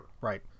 Right